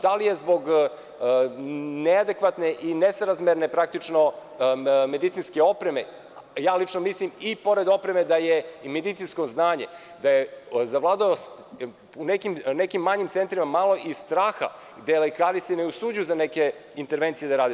Da li je zbog neadekvatne i nesrazmerne praktično medicinske opreme, a ja lično mislim i pored opreme da je i medicinsko znanje, da je zavladao u nekim manjim centrima malo i strah, lekari se ne usuđuju za neke intervencije da rade.